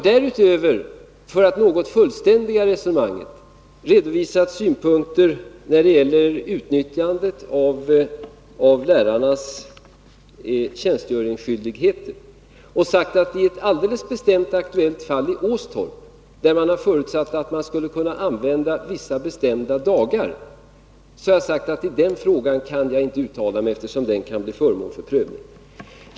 Därutöver, för att något fullständiga resonemanget, har jag redovisat synpunkter när det gäller utnyttjandet av lärarnas tjänstgöringsskyldigheter. I ett alldeles speciellt och aktuellt fall i Åstorp, där man förutsatt att vissa bestämda dagar skulle kunna användas, har jag sagt att jag inte kan uttala mig om det, eftersom frågan kan bli föremål för prövning.